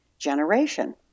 generation